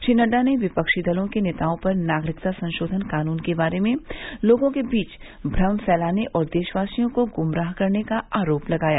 श्री नड़्डा ने विपक्षी दलों के नेताओं पर नागरिकता संशोधन कानून के बारे में लोगों के बीच भ्रम फैलाने और देशवासियों को ग्मराह करने का आरोप लगाया